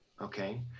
okay